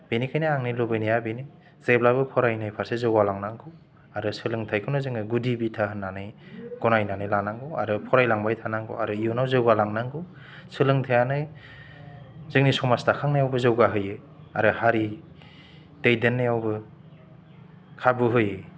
बेनिखायनो आंनि लुबैनाया बेनो जेब्लाबो फरायनाय फारसे जौगालांनांगौ आरो सोलोंथाइखौनो जोङो गुदि बिथा होन्नानै गनायनानै लानांगौ आरो फरायलांबाय थानांगौ आरो इयुनाव जौगा लांनांगौ सोलोंथाइयानो जोंनि समाज दाखांनायाव जौगा होयो आरो हारि दैदेननायावबो खाबु होयो